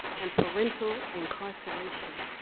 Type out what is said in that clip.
and parental incarceration.